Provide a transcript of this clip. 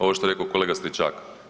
Ovo što je rekao kolega Stričak.